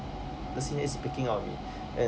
the senior's picking on me and